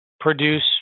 produce